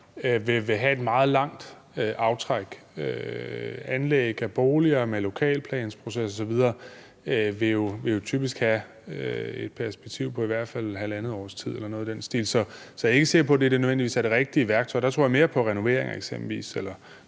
vil have et meget langt aftræk. Anlæg af boliger med lokalplansproces osv. vil jo typisk have et perspektiv på i hvert fald halvandet års tid eller noget i den stil. Så jeg er ikke sikker på, at det nødvendigvis er det rigtige værktøj. Der tror jeg mere på renovering eksempelvis